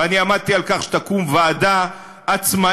ואני עמדתי על כך שתקום ועדה עצמאית,